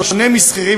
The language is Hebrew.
בשונה משכירים,